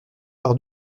par